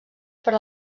per